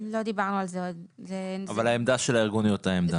אבל העמדה של הארגון היא אותה עמדה.